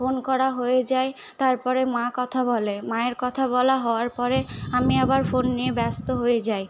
phone করা হয়ে যায় তারপরে মা কথা বলে মায়ের কথা বলা হওয়ার পরে আমি আবার ফোন নিয়ে ব্যস্ত হয়ে যাই